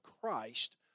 Christ